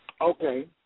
Okay